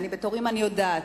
ואני בתור אמא, אני יודעת.